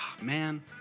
man